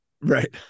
Right